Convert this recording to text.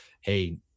hey